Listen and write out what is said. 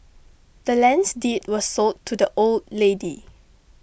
the land's deed was sold to the old lady